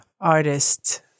artist